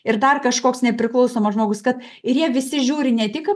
ir dar kažkoks nepriklausomas žmogus kad ir jie visi žiūri ne tik